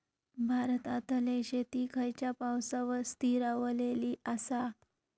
भारतातले शेती खयच्या पावसावर स्थिरावलेली आसा?